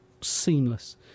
seamless